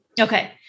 Okay